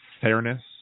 fairness